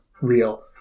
real